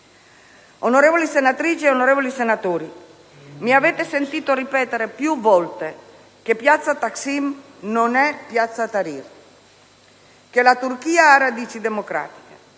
Onorevoli senatrici e senatori, mi avete sentito ripetere più volte che piazza Taksim non è piazza Tahrir. La Turchia ha radici democratiche,